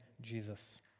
Jesus